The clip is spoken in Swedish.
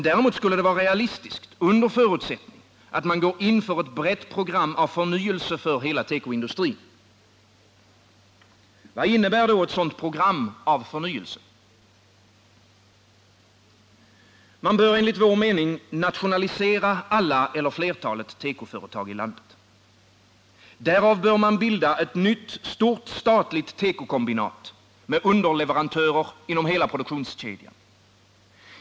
Däremot skulle den vara realistisk under förutsättning att man går in för ett brett program av förnyelse för hela tekoindustrin. Vad innebär då ett sådant program av förnyelse? Man bör enligt vår mening nationalisera alla eller flertalet tekoföretag i landet. Därav bör man bilda ett stort statligt tekokombinat med underleverantörer inom hela produktionskedjan.